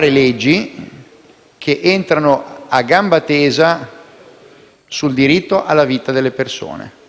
di leggi che entrano a gamba tesa sul diritto alla vita delle persone.